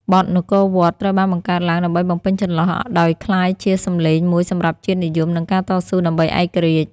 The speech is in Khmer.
បទ នគរវត្ត ត្រូវបានបង្កើតឡើងដើម្បីបំពេញចន្លោះ ដោយក្លាយជាសំឡេងមួយសម្រាប់ជាតិនិយម និងការតស៊ូដើម្បីឯករាជ្យ។